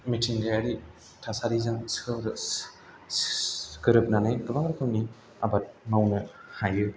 मिथिंगायारि थासारिजों गाेराेबनानै गोबां रोखोमनि आबाद मावनो हायो